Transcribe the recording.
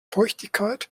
feuchtigkeit